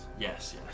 Yes